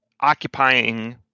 occupying